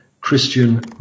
Christian